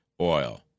oil